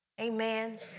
Amen